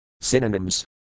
Synonyms